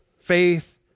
faith